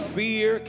fear